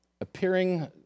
appearing